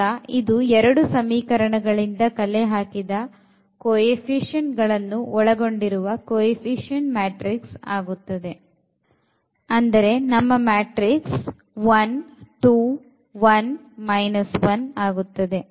ಆಗ ಇದು 2 ಸಮೀಕರಣ ಗಳಿಂದ ಕಲೆಹಾಕಿದ ಕೋಎಫಿಷಿಎಂಟ್ ಗಳನ್ನು ಒಳಗೊಂಡಿರುವ ಕೋಎಫಿಷಿಎಂಟ್ ಮ್ಯಾಟ್ರಿಕ್ಸ್ ಆಗಿರುತ್ತದೆ